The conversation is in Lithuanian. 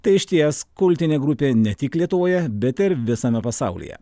tai išties kultinė grupė ne tik lietuvoje bet ir visame pasaulyje